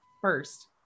First